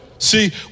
See